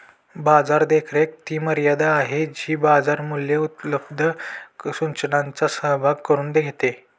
बाजार देखरेख ती मर्यादा आहे जी बाजार मूल्ये उपलब्ध सूचनांचा सहभाग करून घेते